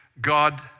God